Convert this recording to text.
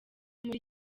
muri